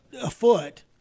afoot